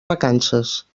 vacances